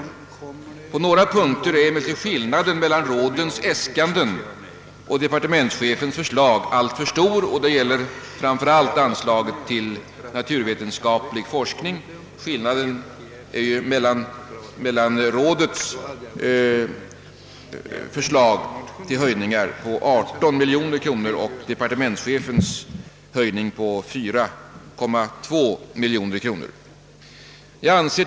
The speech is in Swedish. På några punkter är emellertid skillnaden mellan forskningsrådens äskanden och departementschefens förslag alltför stor. Detta gäller framför allt anslaget till naturvetenskaplig forskning. Forskningsråden har där föreslagit höjningar på 18 miljoner kronor men departementschefen går endast med på 4,2 miljoner.